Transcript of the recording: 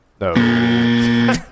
No